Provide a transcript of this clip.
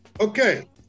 okay